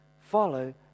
follow